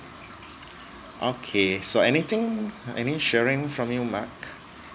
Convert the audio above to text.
okay so anything any sharing from you mark